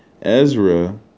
Ezra